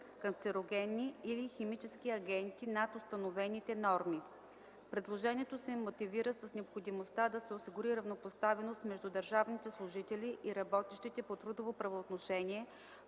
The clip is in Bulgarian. канцерогенни или химични агенти над установените норми. Предложението се мотивира с необходимостта да се осигури равнопоставеност между държавните служители и работещите по трудово правоотношение,